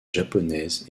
japonaises